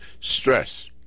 Stress